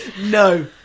No